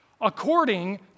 according